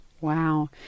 Wow